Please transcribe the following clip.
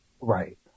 Right